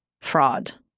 fraud